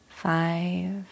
Five